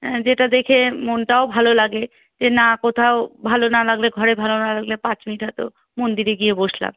হ্যাঁ যেটা দেখে মনটাও ভালো লাগে যে না কোথাও ভালো না লাগলে ঘরে ভালো না লাগলে পাঁচ মিনিট হয়তো মন্দিরে গিয়ে বসলাম